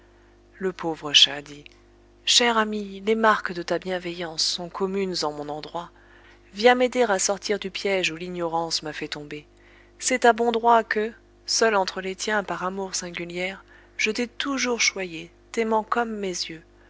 le pauvre chat dit cher ami les marques de ta bienveillance sont communes en mon endroit viens m'aider à sortir du piège où l'ignorance m'a fait tomber c'est à bon droit que seul entre les tiens par amour singulière je t'ai toujours choyé t'aimant comme mes yeux